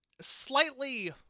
slightly